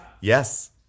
yes